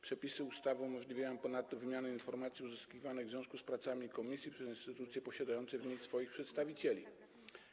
Przepisy ustawy umożliwiają ponadto wymianę informacji uzyskiwanych w związku z pracami komisji przez instytucje posiadające w niej swoich przedstawicieli.